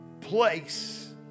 place